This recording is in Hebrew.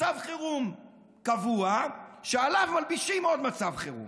מצב חירום קבוע, ועליו מלבישים עוד מצב חירום,